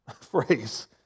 phrase